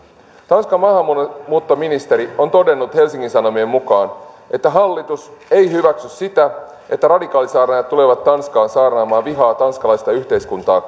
tanskan maahanmuuttoministeri on todennut helsingin sanomien mukaan että hallitus ei hyväksy sitä että radikaalisaarnaajat tulevat tanskaan saarnaamaan vihaa tanskalaista yhteiskuntaa